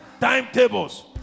timetables